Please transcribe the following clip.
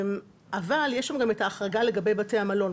אבל יש גם את ההחרגה לגבי בתי מלון,